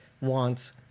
wants